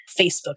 Facebook